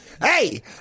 Hey